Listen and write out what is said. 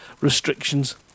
restrictions